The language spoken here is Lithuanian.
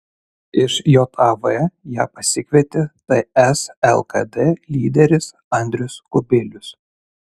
iš jav ją pasikvietė ts lkd lyderis andrius kubilius